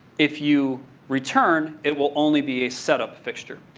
if you return, it will only be a setup fixture.